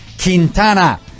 Quintana